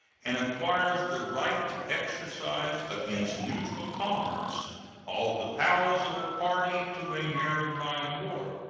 and acquires the right to exercise against neutral commerce all the powers of a party to a maritime war.